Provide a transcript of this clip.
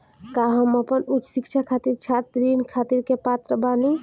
का हम अपन उच्च शिक्षा खातिर छात्र ऋण खातिर के पात्र बानी?